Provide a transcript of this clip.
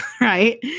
right